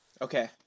Okay